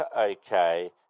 okay